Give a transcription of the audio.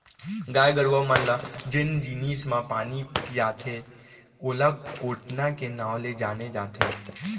गाय गरूवा मन ल जेन जिनिस म पानी पियाथें ओला कोटना के नांव ले जाने जाथे